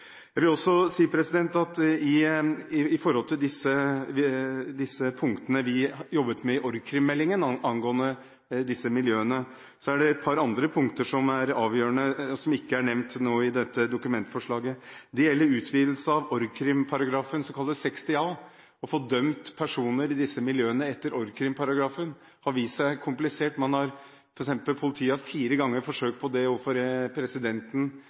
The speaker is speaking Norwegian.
Jeg vil også si om de punktene vi jobbet med i forbindelse med meldingen om organisert kriminalitet i disse miljøene, at det er et par andre punkter som er avgjørende, og som ikke er nevnt i dette dokumentforslaget. Det gjelder utvidelse av paragrafen om organisert kriminalitet –§ 60 a. Å få dømt personer i disse miljøene etter paragrafen om organisert kriminalitet har vist seg komplisert. For eksempel har politiet forsøkt det fire ganger når det gjelder den tidligere presidenten